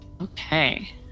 Okay